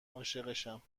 عاشقشم